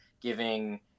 giving